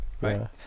right